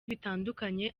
bitandukanye